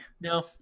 No